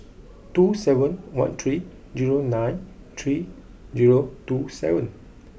two seven one three zero nine three zero two seven